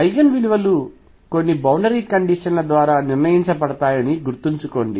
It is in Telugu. ఐగెన్ విలువలు కొన్ని బౌండరీ కండిషన్ల ద్వారా నిర్ణయించబడతాయని గుర్తుంచుకోండి